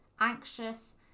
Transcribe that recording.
anxious